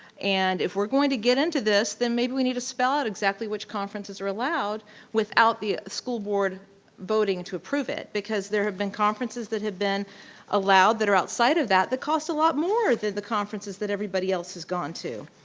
and if we're going to get into this, then maybe we need to spell out exactly which conferences are allowed without the school board voting to approve it. because there have been conferences that have been allowed that are outside of that, that cost a lot more than the conferences that everybody else has gone to.